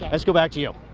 let's go back to you.